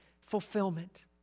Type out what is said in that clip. fulfillment